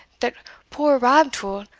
that poor rab tull,